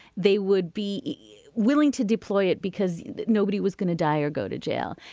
they would be willing to deploy it because nobody was going to die or go to jail.